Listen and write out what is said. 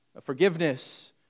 Forgiveness